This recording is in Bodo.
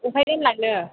बबेहाय गानलांनो